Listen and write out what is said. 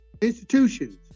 institutions